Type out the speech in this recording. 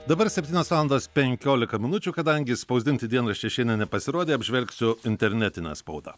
dabar septynios valandos penkiolika minučių kadangi spausdinti dienraščiai išeina nepasirodę apžvelgsiu internetinę spaudą